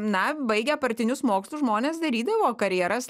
na baigę partinius mokslus žmonės darydavo karjeras